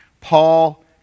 Paul